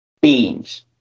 Beans